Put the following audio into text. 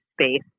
space